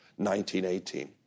1918